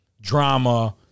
drama